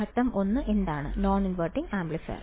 ഘട്ടം ഒന്ന് എന്താണ് നോൺ ഇൻവെർട്ടിംഗ് ആംപ്ലിഫയർ